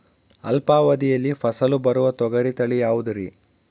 ಅಲ್ಪಾವಧಿಯಲ್ಲಿ ಫಸಲು ಬರುವ ತೊಗರಿ ತಳಿ ಯಾವುದುರಿ?